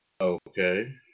Okay